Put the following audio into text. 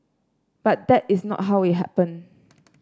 but that is not how it happened